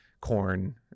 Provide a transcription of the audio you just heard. corn